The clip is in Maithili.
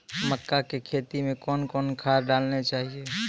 मक्का के खेती मे कौन कौन खाद डालने चाहिए?